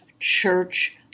church